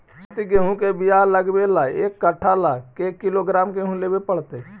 सरबति गेहूँ के बियाह लगबे ल एक कट्ठा ल के किलोग्राम गेहूं लेबे पड़तै?